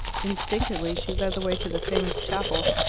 instinctively she led the way to the famous chapel,